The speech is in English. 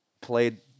Played